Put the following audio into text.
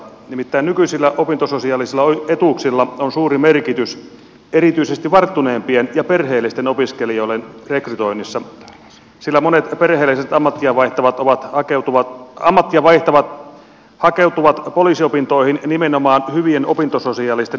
nimittäin nykyisillä opintososiaalisilla etuuksilla on suuri merkitys erityisesti varttuneempien ja perheellisten opiskelijoiden rekrytoinnissa sillä monet perheelliset ammattia vaihtavat hakeutuvat poliisiopintoihin nimenomaan hyvien opintososiaalisten etuuksien vuoksi